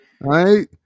right